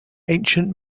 ancient